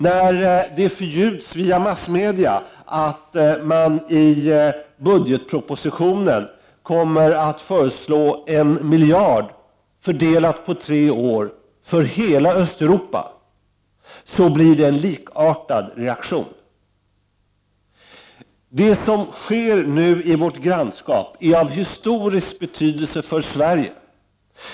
När det via massmedia förljuds att regeringen i budgetpropositionen kommer att föreslå 1 miljard fördelat på tre år för hela Östeuropa blir det en likartad reaktion. Det som sker nu i vårt grannskap är av historisk betydelse för Sverige.